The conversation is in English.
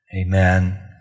Amen